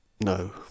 No